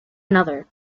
another